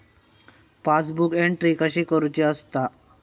Passbook entry कशी करुची असता?